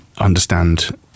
understand